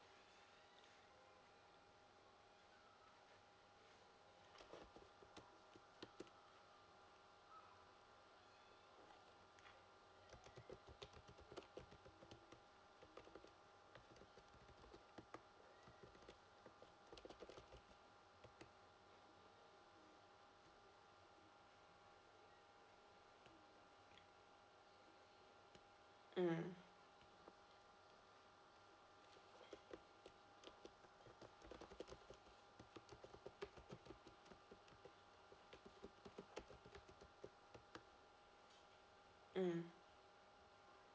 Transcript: mm mm